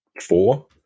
four